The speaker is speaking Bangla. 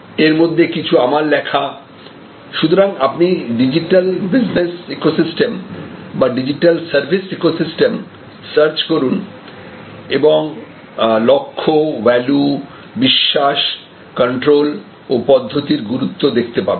এর মধ্যে কিছু আমার লেখা সুতরাং আপনি ডিজিটাল বিজনেস ইকোসিস্টেম বা ডিজিটাল সার্ভিস ইকোসিস্টেম সার্চ করুন এবং লক্ষ ভ্যালু বিশ্বাস কন্ট্রোল ও পদ্ধতির গুরুত্ব দেখতে পারেন